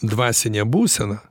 dvasinė būsena